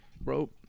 Bro